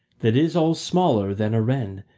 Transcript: that is all smaller than a wren,